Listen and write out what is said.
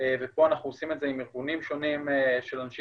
ופה אנחנו עושים את זה עם ארגונים שונים של אנשים